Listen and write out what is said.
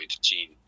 gene